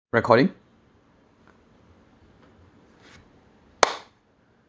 recording